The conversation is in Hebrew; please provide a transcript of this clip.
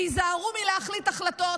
והיזהרו מלהחליט החלטות